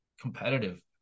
competitive